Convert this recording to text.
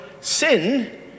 sin